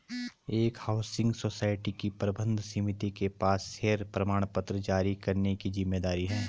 एक housing society की प्रबंध समिति के पास शेयर प्रमाणपत्र जारी करने की जिम्मेदारी है